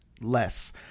Less